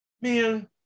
man